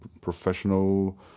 professional